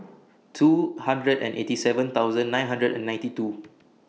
two hundred and eighty seven thousand nine hundred and ninety two